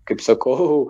kaip sakau